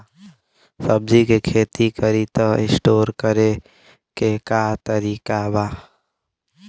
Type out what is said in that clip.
सब्जी के खेती करी त स्टोर करे के का तरीका बा?